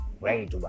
great